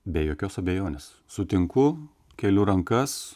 be jokios abejonės sutinku keliu rankas